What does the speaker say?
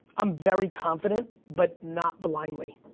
i'm very confident, but not blindly,